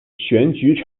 选举